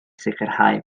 sicrhau